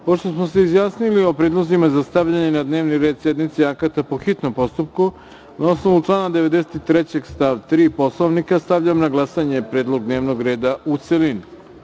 Pošto smo se izjasnili o predlozima za stavljanje na dnevni red sednice akata po hitnom postupku, na osnovu člana 93. stav 3. Poslovnika stavljam na glasanje predlog dnevnog reda, u celini.